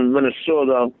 Minnesota